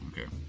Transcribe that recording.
okay